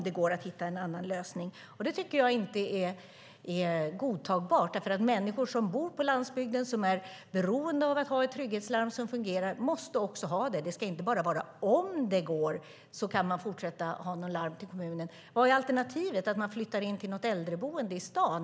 Det tycker jag inte är godtagbart, därför att människor som bor på landsbygden och som är beroende av ett trygghetslarm som fungerar måste också ha det. Det ska inte bara vara så att "om det går" kan man fortsätta att ha larm till kommunen. Vad är alternativet, att man flyttar in till något äldreboende i stan?